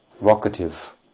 Vocative